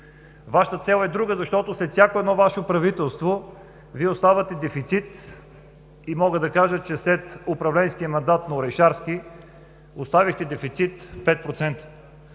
Вашата цел е друга, защото след всяко едно Ваше правителство, Вие оставяте дефицит. Мога да кажа, че след управленския мандат на Орешарски, оставихте дефицит от